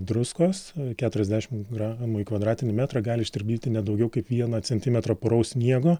druskos keturiasdešimt gramų į kvadratinį metrą gali ištirpdyti ne daugiau kaip vieną centimetrą puraus sniego